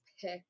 pick